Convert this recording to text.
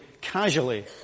casually